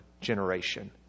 generation